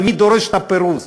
ומי דורש את הפירוז?